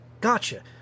Gotcha